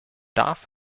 darf